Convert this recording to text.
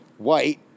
White